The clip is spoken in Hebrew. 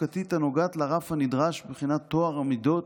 חוקתית הנוגעת לרף הנדרש מבחינת טוהר המידות